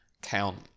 Count